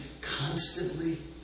constantly